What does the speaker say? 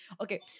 Okay